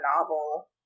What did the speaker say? novel